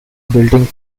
building